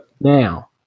now